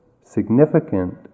significant